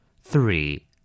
three